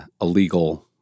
illegal